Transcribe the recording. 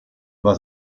war